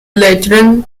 lateran